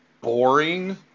boring